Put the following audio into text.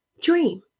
dream